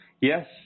Yes